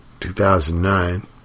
2009